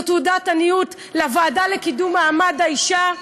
זו תעודת עניות לוועדה לקידום מעמד האישה.